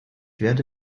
werde